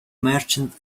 merchant